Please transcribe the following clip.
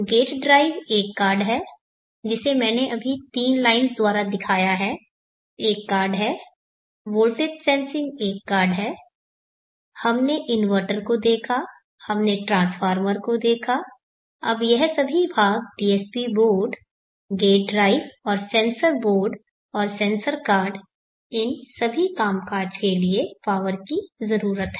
gate drive एक card है जिसे मैंने अभी तीन लाइन्स द्वारा दिखाया है एक कार्ड है वोल्टेज सेंसिंग एक कार्ड है हमने इन्वर्टर को देखा हमने ट्रांसफॉर्मर को देखा अब यह सभी भाग DSP बोर्ड गेट ड्राइव और सेंसर बोर्ड और सेंसर कार्ड इन सभी कामकाज के लिए पावर की जरूरत है